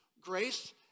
grace